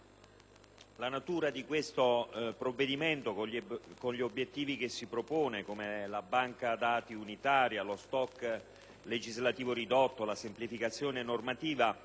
la natura di questo provvedimento che con gli obiettivi che si propone - la banca dati unitaria, lo *stock* legislativo ridotto, la semplificazione normativa